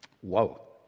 Whoa